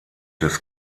des